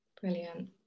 Brilliant